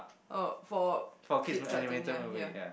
oh for kid's cousin ya ya